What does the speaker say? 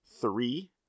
three